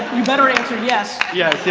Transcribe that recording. you better answer yes. yes, yeah